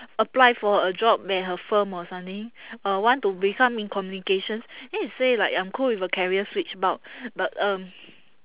apply for a job where her firm or something uh want to become in communications then he say like I'm cool with a career switch but but um